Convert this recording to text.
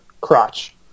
crotch